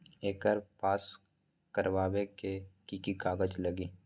एकर पास करवावे मे की की कागज लगी?